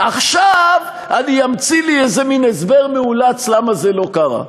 עכשיו אני אמציא לי איזה מין הסבר מאולץ למה זה לא קרה.